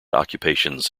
occupations